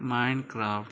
mind craft